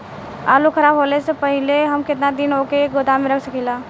आलूखराब होने से पहले हम केतना दिन वोके गोदाम में रख सकिला?